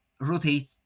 rotate